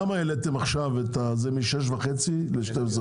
למה העליתם עכשיו את זה מ-6.5 ל-12.5?